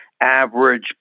average